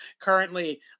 currently